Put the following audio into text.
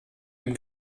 dem